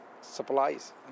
supplies